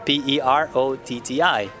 P-e-r-o-t-t-i